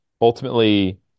ultimately